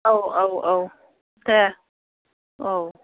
औ औ औ दे औ